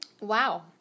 Wow